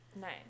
Nice